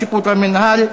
השיפוט והמינהל)